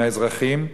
מאזרחים.